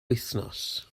wythnos